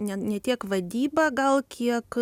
ne ne tiek vadyba gal kiek